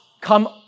come